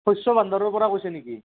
শস্য ভাণ্ডাৰৰ পৰা কৈছে নেকি